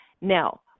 Now